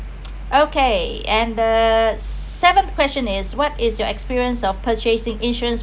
okay and the seventh question is what is your experience of purchasing insurance